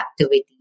activities